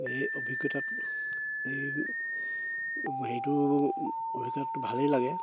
এই অভিজ্ঞতাটো এই সেইটো অভিজ্ঞতাটো ভালেই লাগে